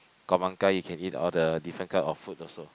Khao-Man-Gai you can eat all the different kind of food also